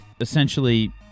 essentially